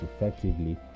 effectively